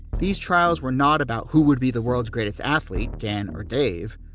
these trials were not about who would be the world's greatest athlete, dan or dave.